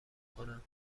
کنم